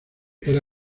era